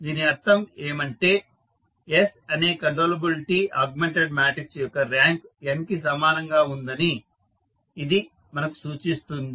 దీని అర్థం ఏమంటే S అనే కంట్రోలబిలిటీ ఆగ్మెంటెడ్ మాట్రిక్స్ యొక్క ర్యాంక్ n కి సమానం గా ఉందని ఇది మనకు సూచిస్తుంది